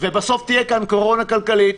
ובסוף תהיה כאן קורונה כלכלית.